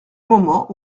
moment